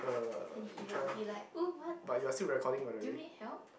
and he will be like oh what what do you need help